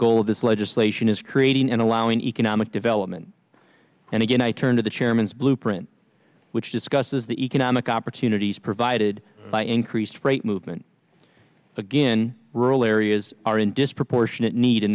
of this legislation is creating and allowing economic development and again i turn to the chairman's blueprint which discusses the economic opportunities provided by increased freight moved again rural areas are in disproportionate need in